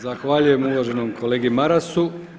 Zahvaljujem uvaženom kolegi Marasu.